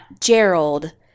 Gerald